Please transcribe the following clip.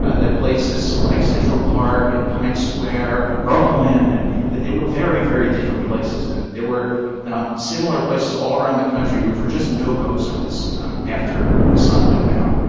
ah that places like central park and times square and brooklyn and that they were very, very different places. and there were similar places all around the country, which were just no go zones after the sun went down.